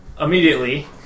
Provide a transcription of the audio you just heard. immediately